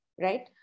right